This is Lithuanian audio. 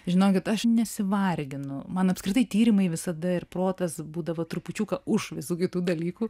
žinokit aš nesivarginu man apskritai tyrimai visada ir protas būdavo trupučiuką už visų kitų dalykų